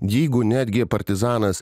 jeigu netgi partizanas